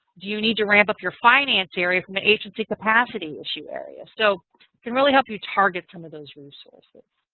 do you need to ramp up your finance area for the agency capacity issue area? so it can really help you target some of those resources.